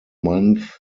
month